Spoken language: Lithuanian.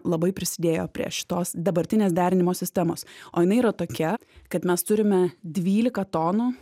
labai prisidėjo prie šitos dabartinės derinimo sistemos o jinai yra tokia kad mes turime dvylika tonų